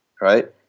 Right